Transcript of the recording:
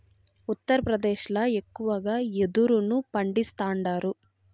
ఉత్తరప్రదేశ్ ల ఎక్కువగా యెదురును పండిస్తాండారు